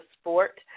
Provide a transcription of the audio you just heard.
sport